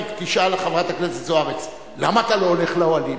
תשאל חברת הכנסת זוארץ: למה אתה לא הולך לאוהלים?